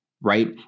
Right